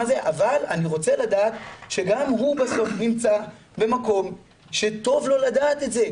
אבל אני רוצה לדעת שגם הוא בסוף נמצא במקום שטוב לו לדעת את זה.